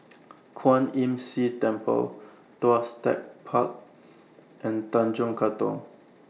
Kwan Imm See Temple Tuas Tech Park and Tanjong Katong